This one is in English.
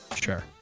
sure